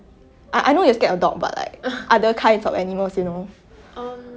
I I know you're scared of dog but like other kinds of animals you know